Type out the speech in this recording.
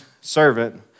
servant